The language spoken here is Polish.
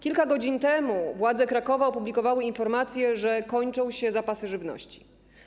Kilka godzin temu władze Krakowa opublikowały informację, że kończą się zapasy żywności.